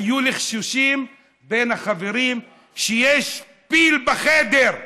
היו לחשושים בין החברים שיש פיל בחדר.